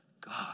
God